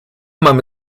mamy